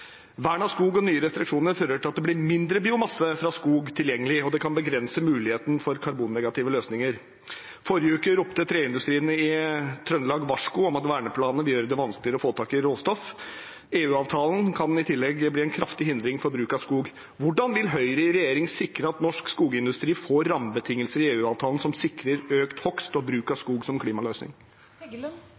Vern av skog og nye restriksjoner fører til at det blir mindre biomasse fra skog tilgjengelig, og det kan begrense muligheten for karbonnegative løsninger. Forrige uke ropte treindustrien i Trøndelag varsku om at verneplanene vil gjøre det vanskeligere å få tak i råstoff. EU-avtalen kan i tillegg bli en kraftig hindring for bruk av skog. Hvordan vil Høyre i regjering sikre at norsk skogindustri får rammebetingelser i EU-avtalen som sikrer økt hogst og bruk av skog som klimaløsning?